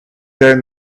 down